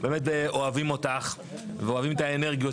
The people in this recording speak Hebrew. באמת אוהבים אותך ואוהבים את האנרגיות